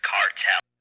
Cartel